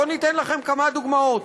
בואו אני אתן לכם כמה דוגמאות.